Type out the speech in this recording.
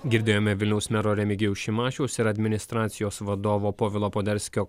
girdėjome vilniaus mero remigijaus šimašiaus ir administracijos vadovo povilo poderskio